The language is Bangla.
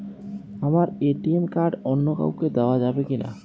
আমার এ.টি.এম কার্ড অন্য কাউকে দেওয়া যাবে কি?